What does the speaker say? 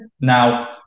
Now